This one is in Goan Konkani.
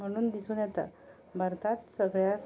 म्हणून दिसून येता भारतांत सगळ्या